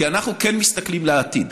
כי אנחנו כן מסתכלים לעתיד.